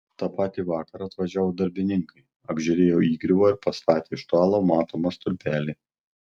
tą patį vakarą atvažiavo darbininkai apžiūrėjo įgriuvą ir pastatė iš tolo matomą stulpelį